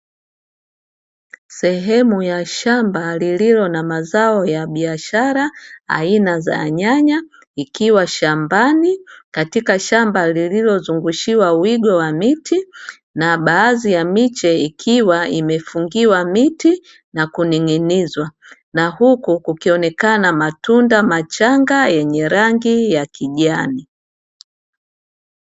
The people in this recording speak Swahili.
Sehemu ya shamba lililo na mazao ya biashara aina za nyanya ikiwa shambani katika shamba lililozungushiwa wigo wa miti na baadhi ya miche, ikiwa imefungiwa miti na kuninginizwa na huku kukionekana matunda machanga yenye rangi ya kijani.